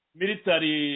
military